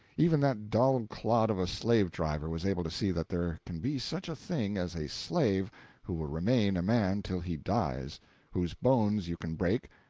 even that dull clod of a slave-driver was able to see that there can be such a thing as a slave who will remain a man till he dies whose bones you can break,